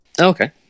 okay